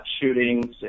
shootings